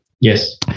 Yes